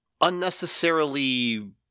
unnecessarily